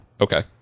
Okay